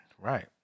Right